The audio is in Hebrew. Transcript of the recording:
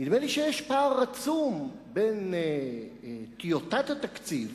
נדמה לי שיש פער עצום בין טיוטת התקציב